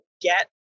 get